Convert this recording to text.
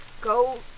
Go